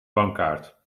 bankkaart